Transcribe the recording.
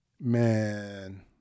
Man